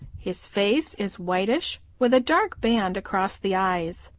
his face is whitish with a dark band across the eyes.